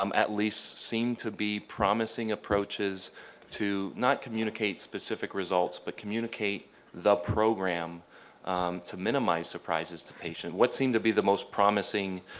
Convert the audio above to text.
um at least seem to be promising approaches to not communicate specific results but communicate the program to minimize surprises to patient. what seem to be the most promising